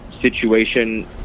situation